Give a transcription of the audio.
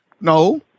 No